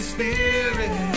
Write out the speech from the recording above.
Spirit